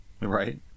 Right